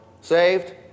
Saved